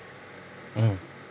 mm